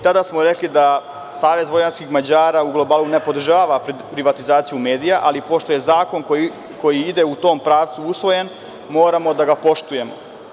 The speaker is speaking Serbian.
Tada smo rekli da SVM u globalu ne podržava privatizaciju medija, ali pošto je zakon koji ide u tom pravcu usvojen, moramo da ga poštujemo.